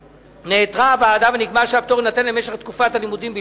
נעתרה הוועדה ונקבע שהפטור יינתן למשך תקופת הלימודים בלבד.